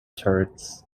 turrets